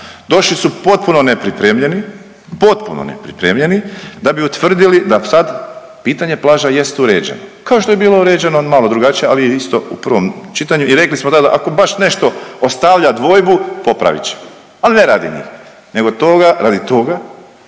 Došli su potpuno nepripremljeni, potpuno nepripremljeni da bi utvrdili da sad pitanje plaža jest uređeno, kao što je bilo uređeno malo drugačije, ali je isto u prvom čitanju i rekli smo, da, da, ako baš nešto ostavlja dvojbu, popravit ćemo, ali ne radi njih, nego toga, radi toga